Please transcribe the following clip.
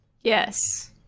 Yes